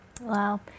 Wow